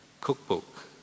cookbook